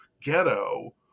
ghetto